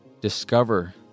discover